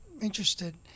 interested